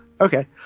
okay